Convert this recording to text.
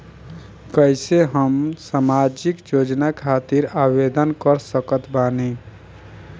कैसे हम सामाजिक योजना खातिर आवेदन कर सकत बानी?